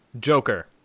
Joker